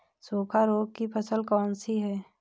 सूखा रोग की फसल कौन सी है?